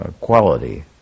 quality